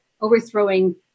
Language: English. overthrowing